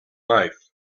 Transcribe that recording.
life